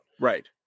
Right